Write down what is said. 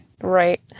Right